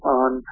on